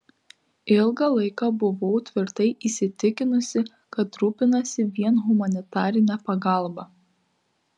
ilgą laiką buvau tvirtai įsitikinusi kad rūpinasi vien humanitarine pagalba